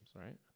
right